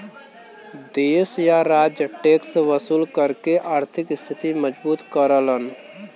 देश या राज्य टैक्स वसूल करके आर्थिक स्थिति मजबूत करलन